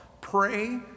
Pray